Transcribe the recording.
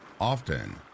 Often